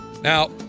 Now